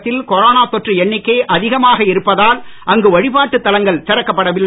தமிழகத்தில் கொரோனா தொற்று எண்ணிக்கை அதிகமாக இருப்பதால் அங்கு வழிபாட்டுத் தலங்கள் திறக்கப்படவில்லை